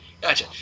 Gotcha